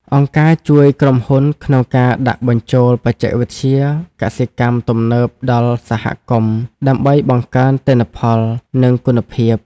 អង្គការជួយក្រុមហ៊ុនក្នុងការដាក់បញ្ចូលបច្ចេកវិទ្យាកសិកម្មទំនើបដល់សហគមន៍ ដើម្បីបង្កើនទិន្នផល និងគុណភាព។